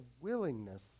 willingness